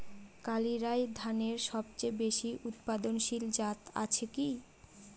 কালিরাই ধানের সবচেয়ে বেশি উৎপাদনশীল জাত আছে কি?